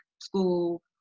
school